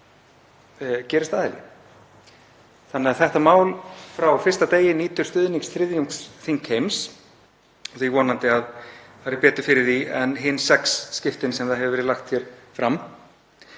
Þannig að þetta mál nýtur frá fyrsta degi stuðnings þriðjungs þingheims og því er vonandi að það fari betur fyrir því en hin sex skiptin sem það hefur verið lagt hér fram,